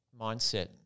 mindset